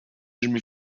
yirmi